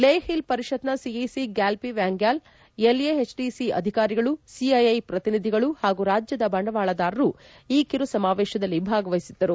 Leh hill ಪರಿಷತ್ ನ CEC Gyal P Wangyal L A H D C ಅಧಿಕಾರಿಗಳು ಸಿ ಐ ಐ ಪ್ರತಿನಿಧಿಗಳು ಹಾಗೂ ರಾಜ್ಯದ ಬಂಡವಾಳದಾರರು ಈ ಕಿರು ಸಮಾವೇಶದಲ್ಲಿ ಭಾಗವಹಿಸಿದ್ದರು